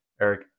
Eric